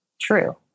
true